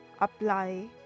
apply